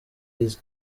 his